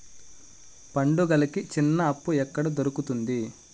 పండుగలకి చిన్న అప్పు ఎక్కడ దొరుకుతుంది